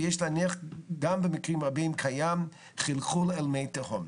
ויש להניח גם במקרים רבים קיים חלחול אל מי תהום.